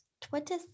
Twitter